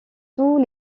tous